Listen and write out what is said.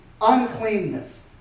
uncleanness